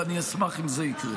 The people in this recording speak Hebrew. ואני אשמח אם זה יקרה.